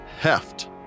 heft